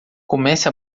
comece